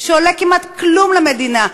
שעולה כמעט כלום למדינה,